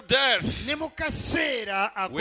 death